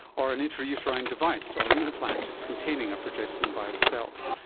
or an intrauterine device or an implant containing a progestin by itself.